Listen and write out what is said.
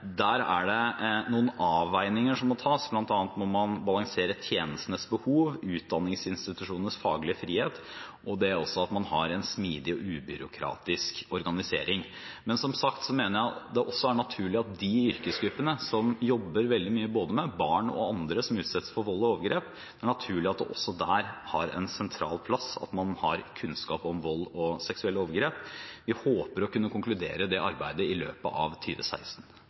Der er det noen avveininger som må tas; bl.a. må man balansere tjenestenes behov, utdanningsinstitusjonenes faglige frihet og det at man har en smidig og ubyråkratisk organisering. Men som sagt mener jeg også at når det gjelder de yrkesgruppene som jobber veldig mye både med barn og andre som utsettes for vold og overgrep, er det naturlig at det også der har en sentral plass at man har kunnskap om vold og seksuelle overgrep. Vi håper å kunne konkludere det arbeidet i løpet av